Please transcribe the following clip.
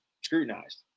scrutinized